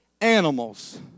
animals